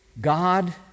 God